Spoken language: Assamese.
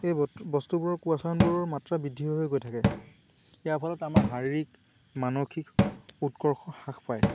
এই বত বস্তুবোৰৰ কুৱাচেনবোৰৰ মাত্ৰা বৃদ্ধি হৈ হৈ গৈ থাকে ইয়াৰ ফলত আমাৰ শাৰীৰিক মানসিক উৎকৰ্ষ হ্ৰাস পায়